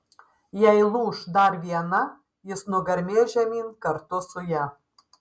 jei lūš dar viena jis nugarmės žemyn kartu su ja